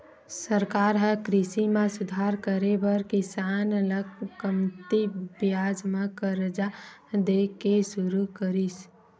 सरकार ह कृषि म सुधार करे बर किसान ल कमती बियाज म करजा दे के सुरू करिस